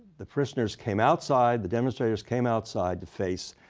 the parishioners came outside. the demonstrators came outside to face